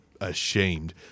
ashamed